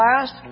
last